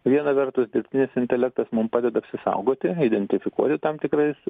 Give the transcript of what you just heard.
viena vertus dirbtinis intelektas mum padeda apsisaugoti identifikuoti tam tikrais